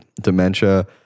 dementia